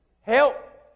Help